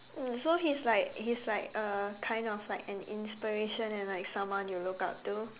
mm so he is like he is like a kind of like an inspiration and like someone you look up to